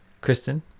Kristen